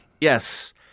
Yes